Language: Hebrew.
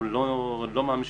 אני לא מאמין,